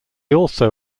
also